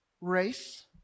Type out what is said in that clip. race